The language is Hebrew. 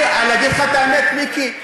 אני, להגיד לך את האמת, מיקי?